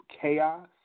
chaos